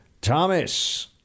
Thomas